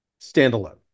standalone